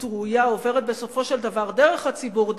ראויה עוברת בסופו של דבר דרך הציבור,